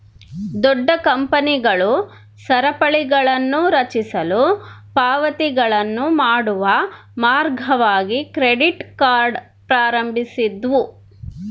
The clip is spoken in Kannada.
ದೊಡ್ಡ ಕಂಪನಿಗಳು ಸರಪಳಿಗಳನ್ನುರಚಿಸಲು ಪಾವತಿಗಳನ್ನು ಮಾಡುವ ಮಾರ್ಗವಾಗಿ ಕ್ರೆಡಿಟ್ ಕಾರ್ಡ್ ಪ್ರಾರಂಭಿಸಿದ್ವು